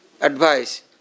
advice